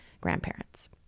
grandparents